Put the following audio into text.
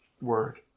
word